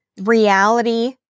reality